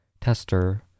Tester